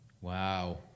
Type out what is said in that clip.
Wow